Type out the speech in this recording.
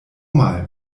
mal